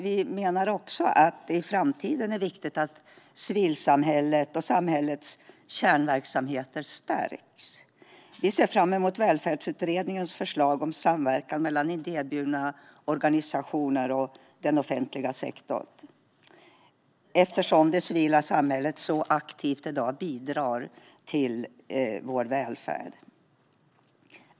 Vi menar också att det i framtiden är viktigt att civilsamhället och samhällets kärnverksamheter stärks. Vi ser fram emot Välfärdsutredningens förslag om samverkan mellan idéburna organisationer och den offentliga sektorn eftersom det civila samhället aktivt i dag bidrar till vår välfärd.